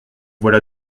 voilà